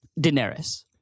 Daenerys